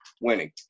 winning